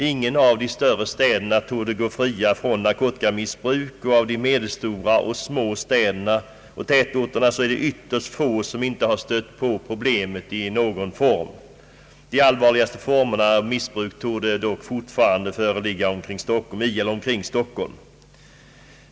Ingen av de större städerna torde vara fri från narkotikamissbruk, och av de medelstora och små städerna och tätorterna är det ytterst få som inte har stött på problemet i någon form. De allvarligaste formerna av missbruk torde dock fortfarande förekomma i eller omkring Stockholm.